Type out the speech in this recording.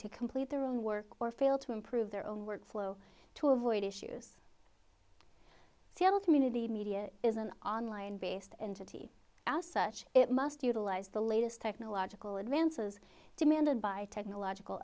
to complete their own work or fail to improve their own workflow to avoid issues seal community media is an online based entity as such it must utilize the latest technological advances demanded by technological